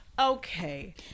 Okay